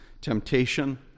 temptation